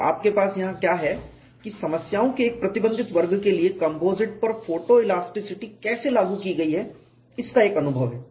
तो आपके पास यहां क्या है कि समस्याओं के एक प्रतिबंधित वर्ग के लिए कंपोजिट पर फोटोइलास्टिसिटी कैसे लागू की गई है इसका एक अनुभव है